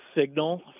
signal